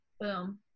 Boom